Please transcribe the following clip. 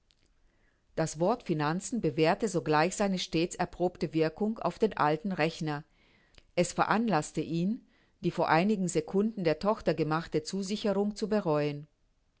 das wort finanzen bewährte sogleich seine stets erprobte wirkung auf den alten rechner es veranlaßte ihn die vor einigen secunden der tochter gemachte zusicherung zu bereuen